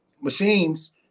machines